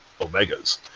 Omegas